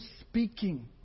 speaking